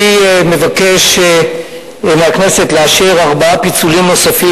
אני מבקש מהכנסת לאשר ארבעה פיצולים נוספים